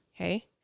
okay